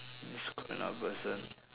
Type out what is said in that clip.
describe another person